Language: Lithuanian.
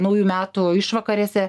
naujų metų išvakarėse